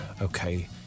Okay